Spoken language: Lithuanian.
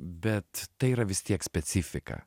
bet tai yra vis tiek specifika